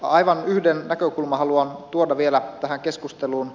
aivan yhden näkökulman haluan tuoda vielä tähän keskusteluun